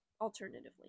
Alternatively